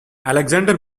alexander